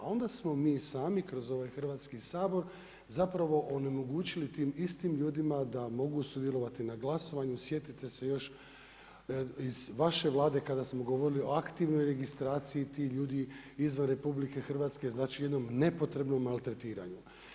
A onda smo mi sami kroz ovaj Hrvatski sabor, zapravo onemogućili tim istim ljudima da mogu sudjelovati na glasovanju, sjetite se još iz vaše Vlade, kada smo govorili o aktivnoj registraciji, ti ljudi izvan RH, jedno nepotrebno maltretiranje.